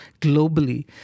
globally